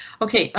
ok